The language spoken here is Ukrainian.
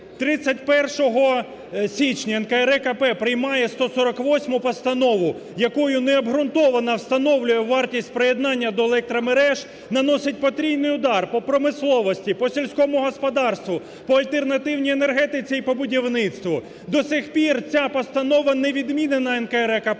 31 січня НКРЕКП приймає 148 Постанову, якою необґрунтовано встановлює вартість приєднання до електромереж, наносить потрійний удар по промисловості, по сільському господарству, по альтернативній енергетиці і по будівництву. До сих пір ця постанова не відмінена НКРЕКП.